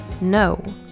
No